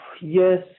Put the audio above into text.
Yes